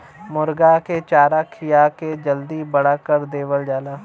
मुरगा के चारा खिया के जल्दी बड़ा कर देवल जाला